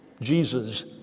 Jesus